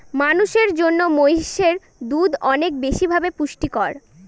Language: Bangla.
মানুষের জন্য মহিষের দুধ অনেক বেশি ভাবে পুষ্টিকর